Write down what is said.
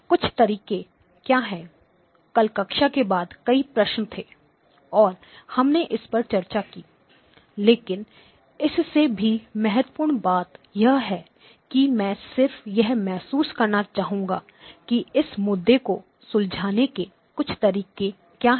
कुछ तरीके क्या हैं कल कक्षा के बाद कई प्रश्न थे और हमने इस पर चर्चा की लेकिन इससे भी महत्वपूर्ण बात यह है कि मैं सिर्फ यह महसूस करना चाहूंगा कि इस मुद्दे को सुलझाने के कुछ तरीके क्या हैं